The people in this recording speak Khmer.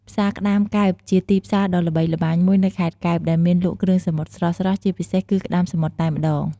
ផ្សារក្តាម កែប ជាទីផ្សារដ៏ល្បីល្បាញមួយនៅខេត្តកែប ដែលមានលក់គ្រឿងសមុទ្រស្រស់ៗ ជាពិសេសគឺក្តាមសមុទ្រតែម្ដង។